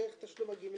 דרך תשלום הגמלה,